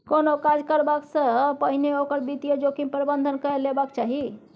कोनो काज करबासँ पहिने ओकर वित्तीय जोखिम प्रबंधन कए लेबाक चाही